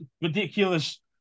ridiculous